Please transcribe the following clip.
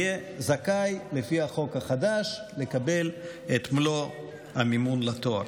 יהיה זכאי לפי החוק החדש לקבל את מלוא המימון לתואר.